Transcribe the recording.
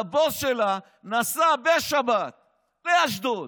והבוס שלה נסע בשבת לאשדוד